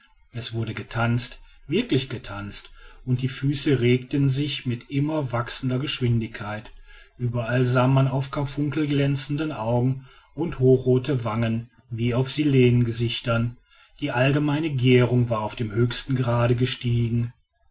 es wurde getanzt wirklich getanzt und die füße regten sich mit immer wachsender geschwindigkeit ueberall sah man auf karfunkelglänzende augen und hochrothe wangen wie auf silenengesichtern die allgemeine gährung war auf den höchsten grad gestiegen